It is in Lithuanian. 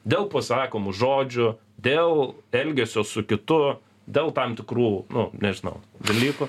dėl pasakomų žodžių dėl elgesio su kitu dėl tam tikrų nu nežinau dalykų